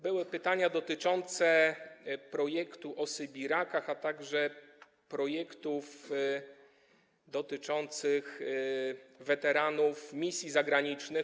Były pytania dotyczące projektu o sybirakach, a także projektów dotyczących weteranów misji zagranicznych.